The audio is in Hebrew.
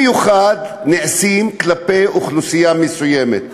שנעשים במיוחד כלפי אוכלוסייה מסוימת.